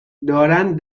دارند